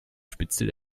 spitzel